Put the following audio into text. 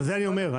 על זה אני מדבר.